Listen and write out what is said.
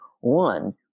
One